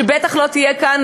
שבטח לא תהיה כאן,